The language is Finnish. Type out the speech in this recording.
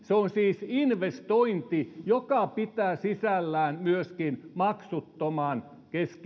se on siis investointi joka pitää sisällään myöskin maksuttoman